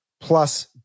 plus